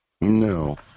No